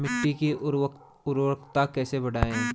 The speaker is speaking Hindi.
मिट्टी की उर्वरकता कैसे बढ़ायें?